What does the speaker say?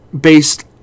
Based